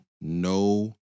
no